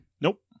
Nope